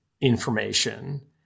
information